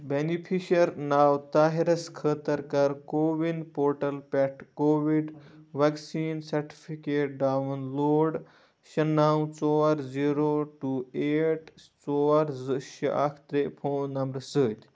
بینِفِشَر ناو طاہِرَس خٲطٕر کر کوٚوِن پورٹَل پٮ۪ٹھ covid vaccine certificate download شےٚ نَو ژور زیٖرو ٹوٗ ایٹ ژور زٕ شےٚ اَکھ تہِ فون نمبرٕ سۭتۍ